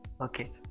Okay